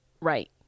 right